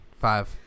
five